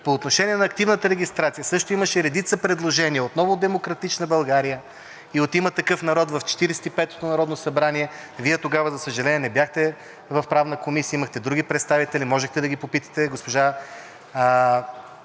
По отношение на активната регистрация също имаше редица предложения отново от „Демократична България“ и от „Има такъв народ“ в Четиридесет и петото народно събрание. Вие тогава, за съжаление, не бяхте в Правната комисия, имахте други представители и можехте да ги попитате –